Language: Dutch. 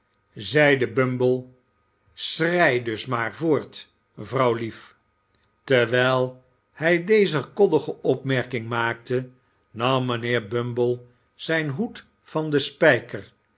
zeide bumble schrei dus maar voort vrouwlief terwijl hij deze koddige opmerking maakte nam mijnheer bumble zijn hoed van den spijker